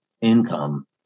income